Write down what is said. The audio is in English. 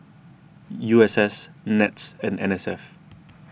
U S S NETS and N S F